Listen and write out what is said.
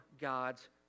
god's